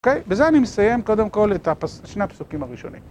אוקיי? בזה אני מסיים קודם כל את הפסו.. את שני הפסוקים הראשונים.